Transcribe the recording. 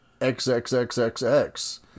XXXXX